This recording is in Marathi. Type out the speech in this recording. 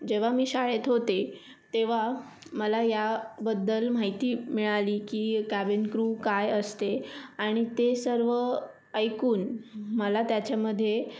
जेव्हा मी शाळेत होते तेव्हा मला या बद्दल माहिती मिळाली की कॅबिन क्रू काय असते आणि ते सर्व ऐकून मला त्याच्यामध्ये